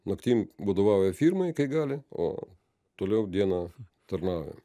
naktim vadovauja firmai kai gali o toliau dieną tarnauja